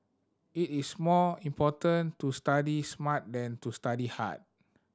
it is more important to study smart than to study hard